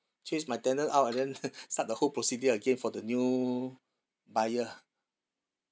chase my tenant out and then start the whole procedure again for the new buyer